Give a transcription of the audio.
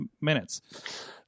minutes